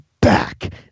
back